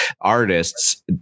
Artists